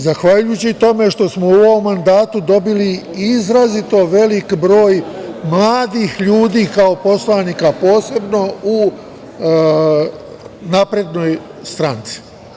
Zahvaljujući tome što smo u ovom mandatu dobili izrazito veliki broj mladih ljudi kao poslanika, posebno u SNS.